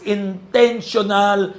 intentional